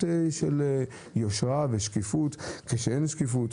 של יושרה ושל שקיפות או היעדר שקיפות.